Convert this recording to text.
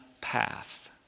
path